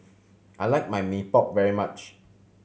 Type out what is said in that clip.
I like my Mee Pok very much